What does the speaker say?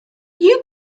you